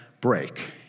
break